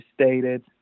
stated